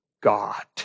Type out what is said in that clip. God